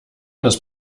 das